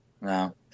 no